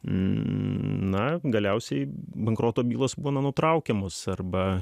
na galiausiai bankroto bylos būna nutraukiamos arba